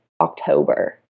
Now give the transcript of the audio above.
October